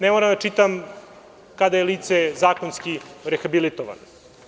Ne moram da čitam kada je lice zakonski rehabilitovano.